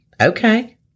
Okay